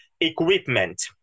equipment